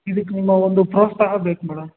ಇದಿಕ್ಕೆ ನಿಮ್ಮ ಒಂದು ಪ್ರೋತ್ಸಾಹ ಬೇಕು ಮೇಡಮ್